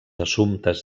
assumptes